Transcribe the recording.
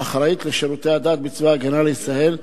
האחראית לשירותי הדת בצבא-הגנה לישראל,